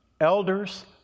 elders